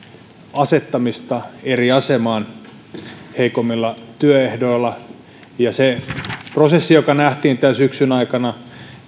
asettamista eri asemaan heikommilla työehdoilla ja toivottavasti siitä prosessista joka nähtiin täällä syksyn aikana